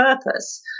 purpose